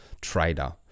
trader